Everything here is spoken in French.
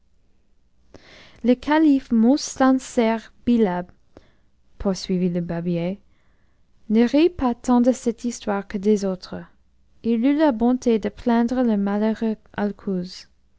le calife mostanser billa poursuivit le barbier ne rit pas tant de cette histoire que des autres il eut la bonté de plaindre le malheureux alcouz